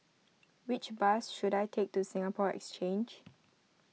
which bus should I take to Singapore Exchange